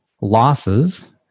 losses